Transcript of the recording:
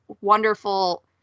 wonderful